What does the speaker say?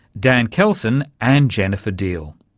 dan keldsen and jennifer deal.